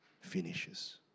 finishes